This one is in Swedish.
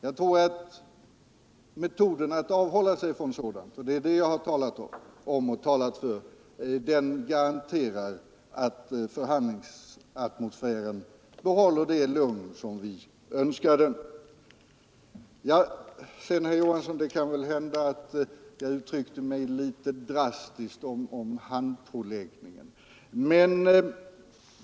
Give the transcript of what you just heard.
Jag tror att metoden att avhålla sig från sådant — och det är detta jag har talat för — garanterar att förhandlingsatmosfären behåller det lugn som vi önskar. Det kan väl hända, herr Johansson, att jag uttryckte mig litet drastiskt om handpåläggningen.